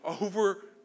over